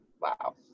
Wow